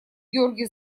георгий